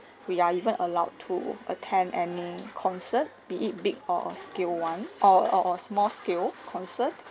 we are even allowed to attend any concert be it big or scale one or or small scale concert